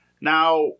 Now